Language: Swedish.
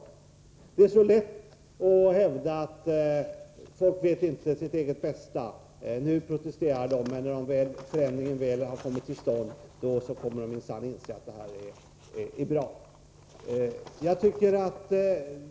Det är så lätt att hävda att folk inte vet sitt eget bästa, nu protesterade de men när förändringen väl har kommit till stånd kommer de minsann att inse att detta är bra.